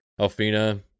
Alfina